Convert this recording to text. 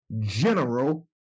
general